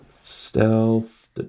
Stealth